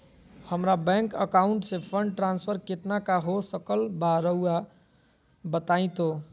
हमरा bank account से fund transfer कितना का हो सकल बा रुआ बताई तो?